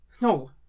No